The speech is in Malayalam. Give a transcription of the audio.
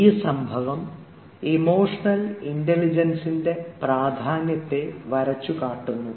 ഈ സംഭവം ഇമോഷണൽ ഇൻറലിജൻസിൻറെ പ്രാധാന്യത്തെ വരച്ചുകാട്ടുന്നു